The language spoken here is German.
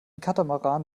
katamaran